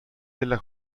della